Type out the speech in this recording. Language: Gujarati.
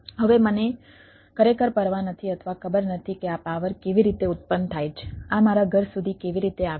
હવે મને ખરેખર પરવા નથી અથવા ખબર નથી કે આ પાવર કેવી રીતે ઉત્પન્ન થાય છે આ મારા ઘર સુધી કેવી રીતે આવે છે